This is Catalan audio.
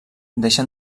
deixa